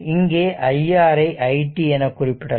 இங்கே iR ஐ i t என குறிப்பிடலாம்